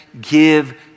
give